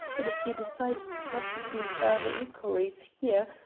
but if you decide to prosecute further inquiries here,